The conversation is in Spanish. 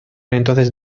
entonces